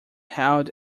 held